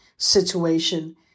situation